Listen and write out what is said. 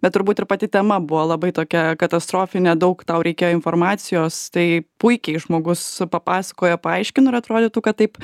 bet turbūt ir pati tema buvo labai tokia katastrofinė daug tau reikėjo informacijos tai puikiai žmogus papasakojo paaiškino ir atrodytų kad taip